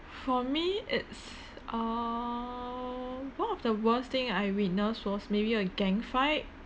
for me it's err one of the worst thing I witness was maybe a gang fight